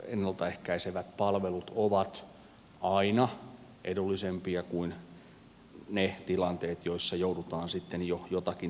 ennalta ehkäisevät palvelut ovat aina edullisempia kuin ne tilanteet joissa joudutaan sitten jo jotakin tapahtunutta korjaamaan